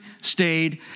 stayed